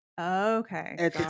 Okay